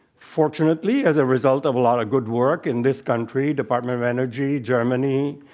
fortunately, as a result of a lot of good work in this country, department of energy, germany,